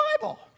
Bible